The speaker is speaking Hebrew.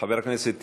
חבר הכנסת טיבי,